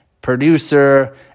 producer